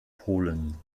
polen